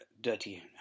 Dirty